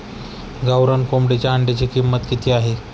गावरान कोंबडीच्या अंड्याची किंमत किती आहे?